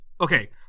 okay